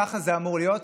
ככה זה אמור להיות,